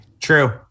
True